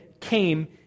came